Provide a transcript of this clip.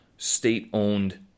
state-owned